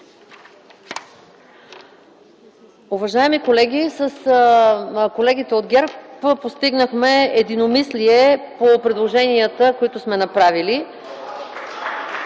Уважаеми колеги, с колегите от ГЕРБ постигнахме единомислие по предложенията, които сме направили.